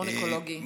מסדרון אקולוגי.